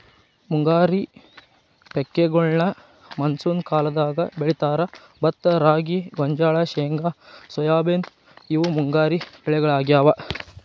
ಮುಂಗಾರಿ ಪೇಕಗೋಳ್ನ ಮಾನ್ಸೂನ್ ಕಾಲದಾಗ ಬೆಳೇತಾರ, ಭತ್ತ ರಾಗಿ, ಗೋಂಜಾಳ, ಶೇಂಗಾ ಸೋಯಾಬೇನ್ ಇವು ಮುಂಗಾರಿ ಬೆಳಿಗೊಳಾಗ್ಯಾವು